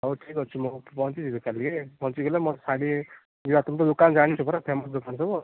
ହଉ ଠିକ୍ଅଛି ମୁଁ ପହଞ୍ଚିଯିବି କାଲି ପହଞ୍ଚିଗଲେ ମୋର ଶାଢ଼ୀ ଯିବା ତୁ ତ ଦୋକାନ ଜାଣିଥିବୁ ନା ଫେମସ୍ ଦୋକାନ ସବୁ